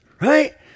right